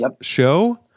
show